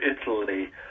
Italy